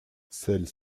celles